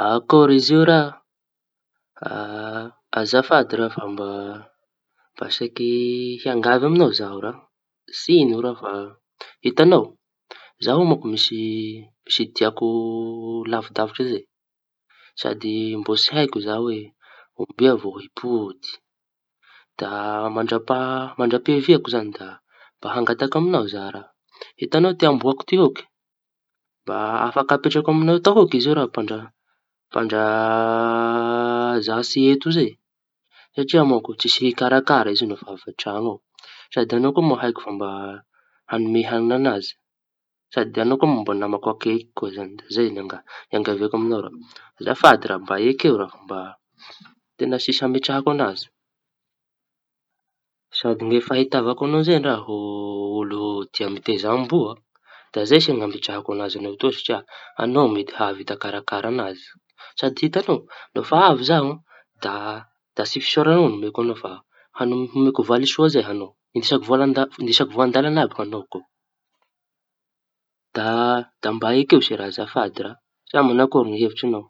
Akory izy io raha. Azafady raha fa saiky mba hiangavy amiñao za raha tsy iño raha hitañao za manko misy diako lavidavitsa. Sady mbô tsy haiko za hoe ovia vao himpody da mandiaña mandra piaviako zañy da miangavy amiñao za raha. Hitañao ty amboako ty ôky da afaky apetrako amiñao taôky izy io raha mandra- za tsy eto izay. Satria mantsy tsy hisy hikarakara izy io rehefa avay an-traño ao. Sady añao koa mba haiko fa da añome hañina an'azy, sady añao koa mba namako akaiky zañy da zay ianga - iangaviako aminao raha. Azafady mba ekeo raha, fa teña tsisy ametrahako anazy. Sady ny fahitako añao zay raha mba olo tia miteza amboa. Da zay se nametrahako azy amiñao atoy fa añao se namako mety ahavita karakara anazy. Sady hitañao no fa avy zao a da tsy fisaoraña avao no omeko añao fa año - omeko valisoa zay añao isako isako voan-dalaña àby iañao. Koa de mba akeo se raha azafady. Mañakory ny hevitrao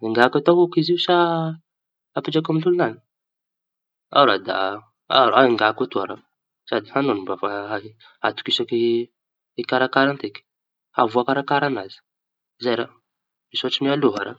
angako toa raha. Sady añao koa atokisako ikarakara an'itotoky havoakarakaran'azy zay raha. Misaotry mialoha raha.